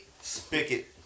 spigot